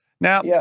Now